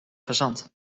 fazant